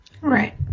Right